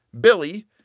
Billy